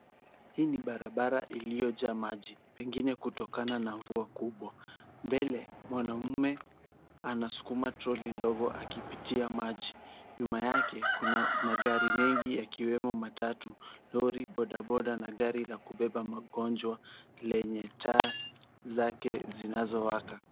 Hii ni barabara iliyojaa maji, pengine kutokana na mvua kubwa. Mbele, mwanamme anasukuma trolley ndogo akipitia maji. Nyuma yake kuna magari mengi yakiwemo matatu, lori, bodaboda na gari la kubeba magonjwa, lenye taa zake zinazowaka.